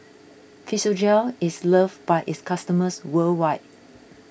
Physiogel is loved by its customers worldwide